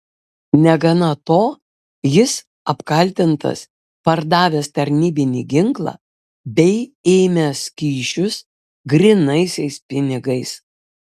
negana to jis apkaltintas pardavęs tarnybinį ginklą bei ėmęs kyšius grynaisiais pinigais